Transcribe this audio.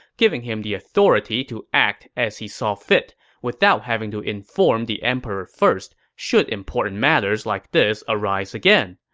giving him the authority to act as he saw fit without having to inform the emperor first should important matters like this arise again.